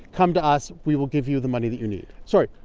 come to us. we will give you the money that you need sorry,